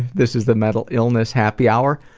this is the mental illness happy hour,